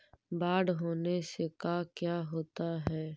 बाढ़ होने से का क्या होता है?